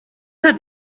hat